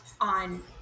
on